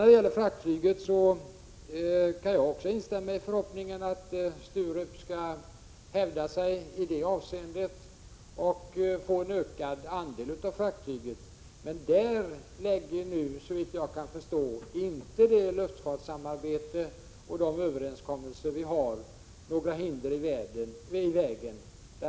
När det gäller fraktflyget kan jag instämma i förhoppningen att Sturup skall hävda sig i det avseendet och få en ökad andel av fraktflyget. Där lägger nu, såvitt jag förstår, inte det luftfartssamarbete och de överenskommelser vi har några hinder i vägen.